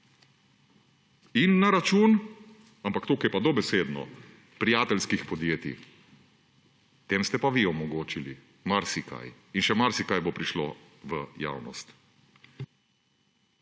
in na račun – ampak tukaj pa dobesedno – prijateljskih podjetij. Tem ste pa vi omogočili marsikaj in še marsikaj bo prišlo v javnost.